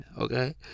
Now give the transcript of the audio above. Okay